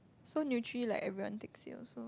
so nutri like everyone takes it also